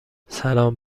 سلام